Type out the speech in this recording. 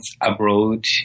abroad